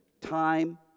time